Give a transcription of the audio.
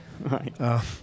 Right